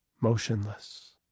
motionless